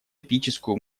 эпическую